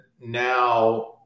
now